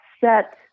set